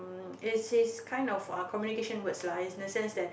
is his kind of uh communication words lah in the sense that